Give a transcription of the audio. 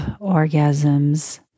orgasms